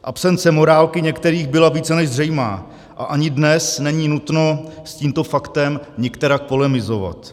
Absence morálky některých byla více než zřejmá a ani dnes není nutno s tímto faktem nikterak polemizovat.